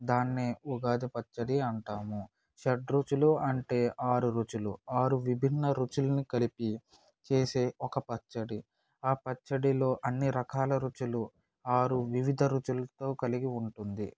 దాన్ని ఉగాది పచ్చడి అంటాము షడ్రుచులు అంటే ఆరు రుచులు ఆరు విభిన్న రుచుల్ని కలిపి చేసే ఒక పచ్చడి ఆ పచ్చడిలో అన్ని రకాల రుచులు ఆరు వివిధ రుచులతో కలిగి ఉంటుంది